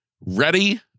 ready